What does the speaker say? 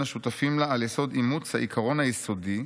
השותפים לה על יסוד אימוץ העיקרון היסודי,